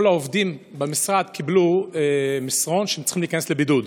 כל העובדים במשרד קיבלו מסרון שהם צריכים להיכנס לבידוד.